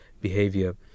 behavior